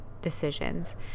decisions